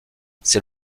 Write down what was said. c’est